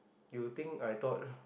you think I thought